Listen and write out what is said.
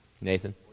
Nathan